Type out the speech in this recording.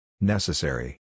Necessary